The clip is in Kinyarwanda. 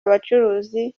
abacuruzi